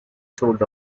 told